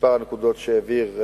בכמה נקודות שהוא העביר.